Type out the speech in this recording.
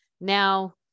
now